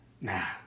nah